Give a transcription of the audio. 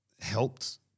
helped